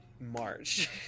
March